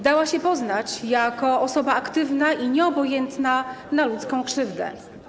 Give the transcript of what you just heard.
Dała się poznać jako osoba aktywna i nieobojętna na ludzką krzywdę.